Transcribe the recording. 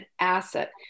asset